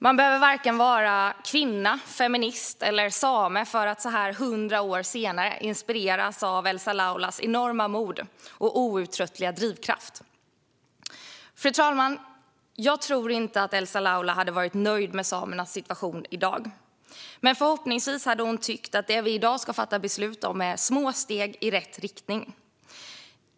Man behöver varken vara kvinna, feminist eller same för att så här 100 år senare inspireras av Elsa Laulas enorma mod och outtröttliga drivkraft. Fru talman! Jag tror inte att Elsa Laula hade varit nöjd med samernas situation i dag. Men förhoppningsvis hade hon tyckt att det vi i dag ska fatta beslut om är små steg i rätt riktning.